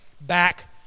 back